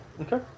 Okay